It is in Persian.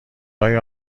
های